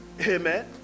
Amen